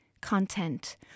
content